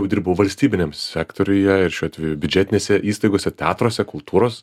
dirbau valstybiniam sektoriuje ir šiuo atveju biudžetinėse įstaigose teatruose kultūros